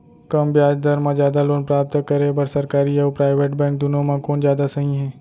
कम ब्याज दर मा जादा लोन प्राप्त करे बर, सरकारी अऊ प्राइवेट बैंक दुनो मा कोन जादा सही हे?